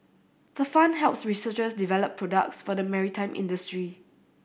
the fund helps researchers develop products for the maritime industry